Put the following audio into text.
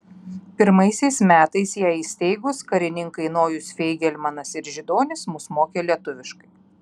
pirmaisiais metais ją įsteigus karininkai nojus feigelmanas ir židonis mus mokė lietuviškai